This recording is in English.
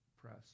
press